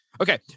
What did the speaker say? Okay